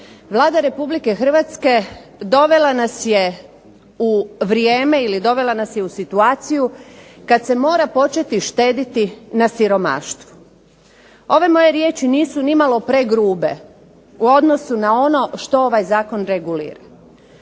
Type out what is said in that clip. Vlada Republike Hrvatske dovela nas je u vrijeme ili dovela nas je u situaciju kad se mora početi štedjeti na siromaštvu. Ove moje riječi nisu nimalo pregrube u odnosu na ono što ovaj zakon regulira.